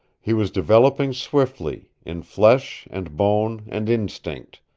he was developing swiftly, in flesh and bone and instinct,